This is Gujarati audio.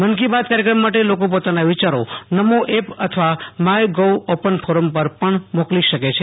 મન કી બાત કાર્યક્રમ માટે લોકો પોતાના વિચારો નમો એપ અથવા માય ગોવ ઓપન ફોરમ પર પણ મોકલી શકે છે